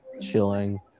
chilling